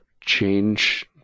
change